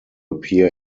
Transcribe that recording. appear